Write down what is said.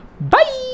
Bye